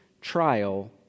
trial